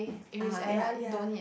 uh [huh] ya ya